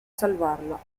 salvarla